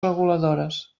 reguladores